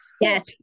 Yes